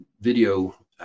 video